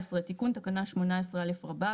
17. תיקון תקנה 18א רבה.